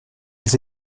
les